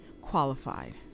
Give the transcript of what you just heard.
qualified